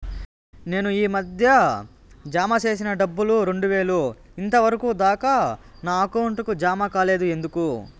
నేను ఈ మధ్య జామ సేసిన డబ్బులు రెండు వేలు ఇంతవరకు దాకా నా అకౌంట్ కు జామ కాలేదు ఎందుకు?